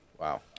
Wow